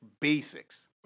basics